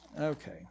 Okay